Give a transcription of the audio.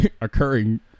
occurring